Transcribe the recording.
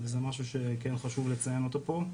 וזה משהו שכן חשוב לציין אותו פה.